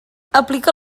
aplica